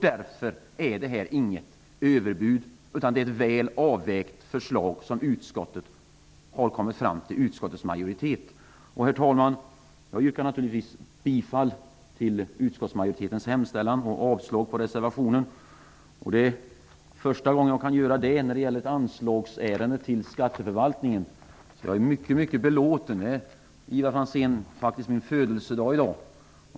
Därför är det här inget överbud utan ett väl avvägt förslag som utskottets majoritet har kommit fram till. Herr talman! Jag yrkar naturligtvis bifall till utskottsmajoritetens hemställan och avslag på reservationen. Det är första gången jag kan göra det när det gäller ett anslagsärende i fråga om skatteförvaltningen. Jag är mycket belåten. Det är, Ivar Franzén, min födelsedag i dag.